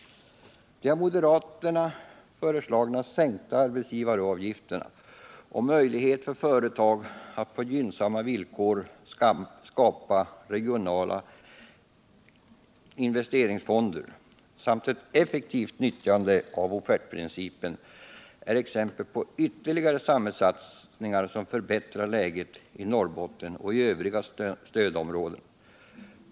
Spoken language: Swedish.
De av moderaterna föreslagna sänkta arbetsgivaravgifterna och möjligheten för företagen att på gynnsamma villkor skapa regionala investeringsfonder samt ett effektivt utnyttjande av offertprincipen är exempel på ytterligare samhällssatsningar som förbättrar läget i Norrbotten och i övriga stödområden.